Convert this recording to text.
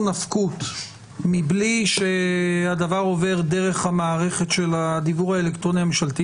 נפקות מבלי שהדבר עובר דרך המערכת של הדיוור האלקטרוני הממשלתי.